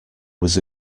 was